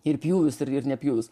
ir pjūvius ir ir ne pjūvius